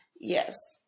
Yes